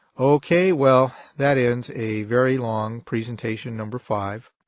okay. well, that ends a very long presentation number five.